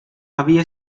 había